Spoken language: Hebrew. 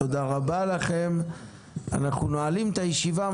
תודה רבה לכם, אנחנו נועלים את הישיבה.